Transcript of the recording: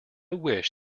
wish